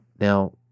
now